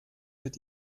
mit